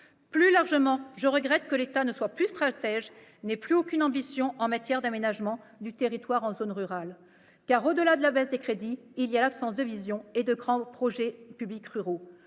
Plus largement, je regrette que l'État ne soit plus stratège et n'ait plus aucune ambition en matière d'aménagement du territoire en zone rurale. En effet, au-delà de la baisse des crédits, il faut souligner l'absence de vision et de grands projets publics ruraux.